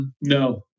no